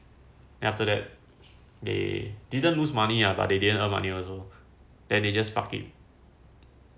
then after that they didn't lose money ah but they didn't earn money also then they just fuck it